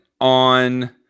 on